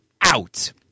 out